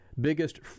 Biggest